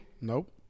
Nope